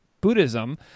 Buddhism